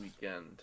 weekend